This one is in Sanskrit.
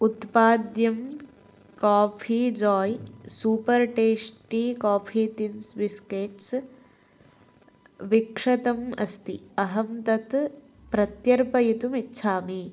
उत्पाद्यं Coffee Joy super tasty coffee tins biscuits विक्षतम् अस्ति अहं तत् प्रत्यर्पयितुमिच्छामि